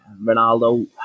Ronaldo